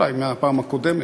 אולי מהפעם הקודמת,